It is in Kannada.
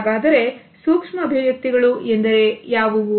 ಹಾಗಾದರೆ ಸೂಕ್ಷ್ಮ ಅಭಿವ್ಯಕ್ತಿಗಳು ಎಂದರೆ ಯಾವುವು